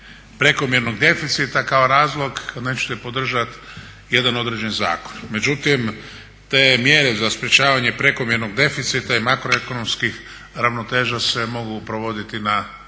prekomjernog deficita kao razlog da nećete podržati jedan određeni zakon, međutim te mjere za sprečavanje prekomjernog deficita i makroekonomskih ravnoteža se mogu provoditi na